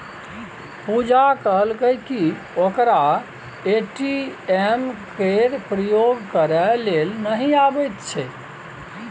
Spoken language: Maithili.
पुजा कहलकै कि ओकरा ए.टी.एम केर प्रयोग करय लेल नहि अबैत छै